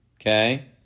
Okay